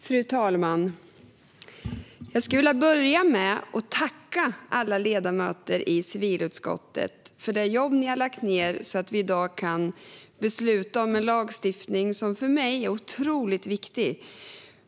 Fru talman! Jag skulle vilja börja med att tacka alla ledamöter i civilutskottet för det jobb ni har lagt ned och som har gjort att vi i dag kan besluta om en lagstiftning som för mig är otroligt viktig.